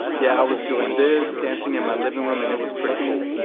yeah, i was doing this, dancing in my living room, and it was pretty cool.